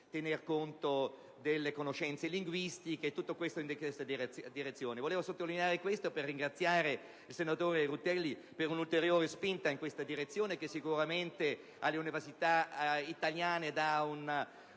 negli esami, delle conoscenze linguistiche. Tutto ciò va in questa direzione. Volevo sottolineare questo aspetto per ringraziare il senatore Rutelli per un'ulteriore spinta in questa direzione, che darà alle università italiane una